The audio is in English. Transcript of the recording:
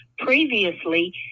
previously